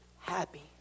happy